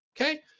Okay